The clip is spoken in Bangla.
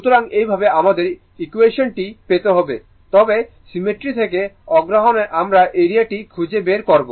সুতরাং এইভাবে আমাদের ইনটুইশন টি পেতে হবে তবে সিমেট্রি থেকে আগ্রহমনে আমরা এরিয়া টি খুঁজে বের করব